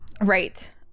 Right